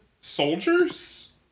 soldiers